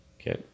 Okay